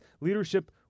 leadership